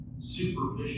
Superficial